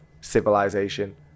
civilization